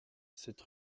sept